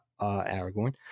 Aragorn